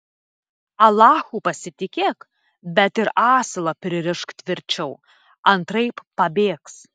alachu pasitikėk bet ir asilą pririšk tvirčiau antraip pabėgs